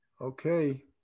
Okay